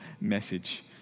message